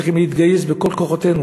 צריכים להתגייס בכל כוחותינו.